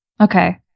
Okay